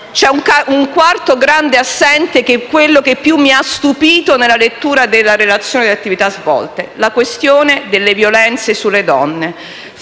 poi un quarto grande assente, che è quello che più mi ha stupito nella lettura della relazione delle attività svolte: la questione delle violenze sulle donne.